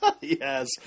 Yes